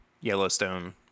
Yellowstone